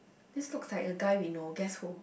this looks like a guy we know guess who